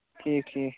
ٹھیٖک ٹھیٖک